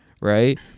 right